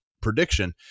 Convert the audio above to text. prediction